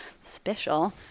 special